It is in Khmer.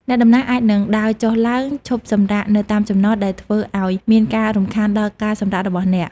អ្នកដំណើរអាចនឹងដើរចុះឡើង ឈប់សម្រាកនៅតាមចំណត ដែលធ្វើឱ្យមានការរំខានដល់ការសម្រាករបស់អ្នក។